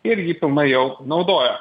ir jį pilnai jau naudoja